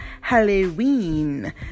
Halloween